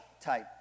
type